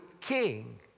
king